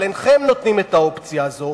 אבל אינכם נותנים את האופציה הזאת,